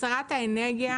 כשרת האנרגיה,